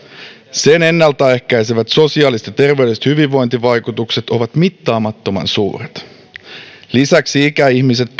sen ennalta ehkäisevät sosiaaliset ja terveydelliset hyvinvointivaikutukset ovat mittaamattoman suuret lisäksi ikäihmiset